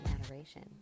adoration